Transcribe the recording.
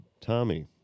Tommy